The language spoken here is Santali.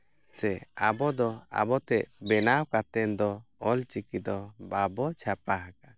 ᱥᱮ ᱟᱵᱚ ᱫᱚ ᱟᱵᱚ ᱛᱮ ᱵᱮᱱᱟᱣ ᱠᱟᱛᱮ ᱫᱚ ᱚᱞ ᱪᱤᱠᱤ ᱫᱚ ᱵᱟᱵᱚ ᱪᱷᱟᱯᱟ ᱦᱟᱠᱟᱜᱼᱟ